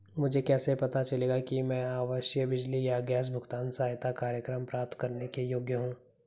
मुझे कैसे पता चलेगा कि मैं आवासीय बिजली या गैस भुगतान सहायता कार्यक्रम प्राप्त करने के योग्य हूँ?